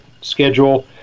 schedule